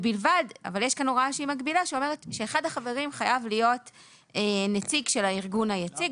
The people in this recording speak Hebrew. יש כאן הוראה שאומרת שאחד החברים חייב להיות נציג של הארגון היציג.